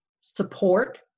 support